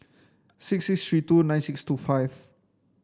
six six three two nine six two five